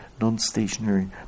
non-stationary